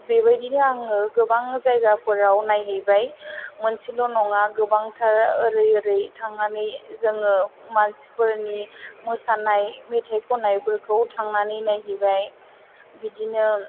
बेबायदिनो आङो गोबां जायगाफोराव नायहैबाय मोनसेल' नङा गोबांथार ओरै ओरै थांनानै जोङो मानसिफोरनि मोसानाय मेथाइ खन्नायफोरखौ थांनानै नायहैबाय बिदिनो